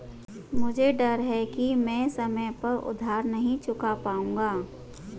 मुझे डर है कि मैं समय पर उधार नहीं चुका पाऊंगा